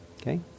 Okay